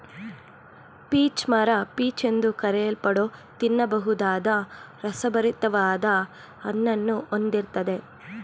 peach ಮರ peach ಎಂದು ಕರೆಯಲ್ಪಡೋ ತಿನ್ನಬಹುದಾದ ರಸಭರಿತ್ವಾದ ಹಣ್ಣನ್ನು ಹೊಂದಿರ್ತದೆ